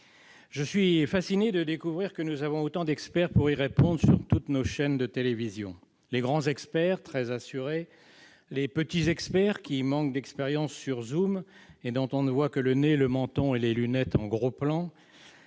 Je suis fasciné de découvrir que nous avons autant d'experts pour y répondre sur toutes nos chaînes de télévision : les grands experts, très assurés ; les petits experts, qui manquent d'expérience sur Zoom et dont on ne voit que le nez, le menton et les lunettes en gros plan